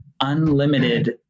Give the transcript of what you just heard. unlimited